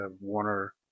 Warner